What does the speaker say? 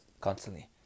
constantly